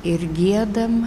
ir giedam